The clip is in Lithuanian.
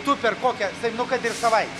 tu per kokią tai nu kad ir savaitę